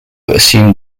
assumed